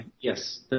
Yes